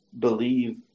believe